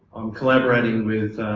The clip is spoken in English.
collaborating with